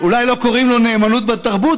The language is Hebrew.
אולי לא קוראים לו נאמנות בתרבות,